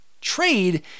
Trade